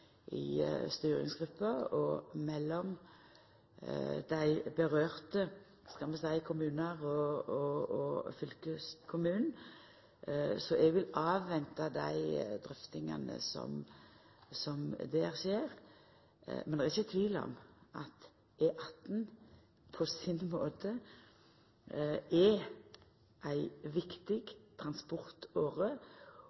i styringsgruppa og mellom dei kommunane det gjeld, og fylkeskommunen. Eg vil avventa dei drøftingane som der skjer. No er det ikkje tvil om at E18 på sin måte er ei viktig